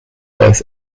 both